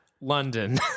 London